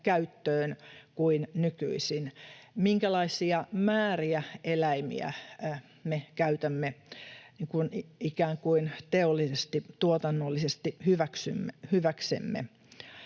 käyttöön kuin nykyisin, minkälaisia määriä eläimiä me käytämme ikään kuin teollisesti, tuotannollisesti, hyväksemme.